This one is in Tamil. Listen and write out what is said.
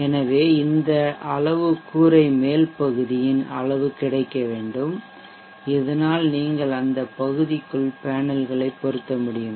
எனவே இந்த அளவு கூரை மேல் பகுதியின் அளவு கிடைக்க வேண்டும் இதனால் நீங்கள் அந்த பகுதிக்குள் பேனல்களை பொருத்த முடியும்